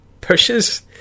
pushes